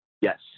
Yes